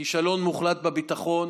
כישלון מוחלט בביטחון.